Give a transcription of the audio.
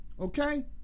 Okay